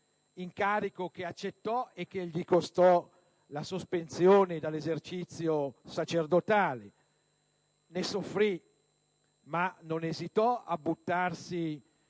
incarico che accettò e che gli costò la sospensione dall'esercizio sacerdotale; ne soffrì, ma non esitò a buttarsi